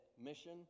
Mission